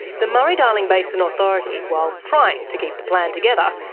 the murray-darling basin authority, while trying to keep the plan together,